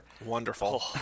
Wonderful